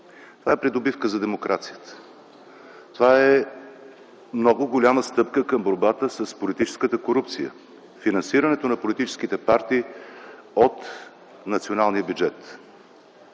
Това е придобивка за демокрацията, това е много голяма стъпка към борбата с политическата корупция – финансирането на политическите партии от националния бюджет.